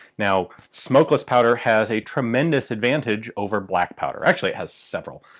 now smokeless powder has a tremendous advantage over black powder, actually it has several.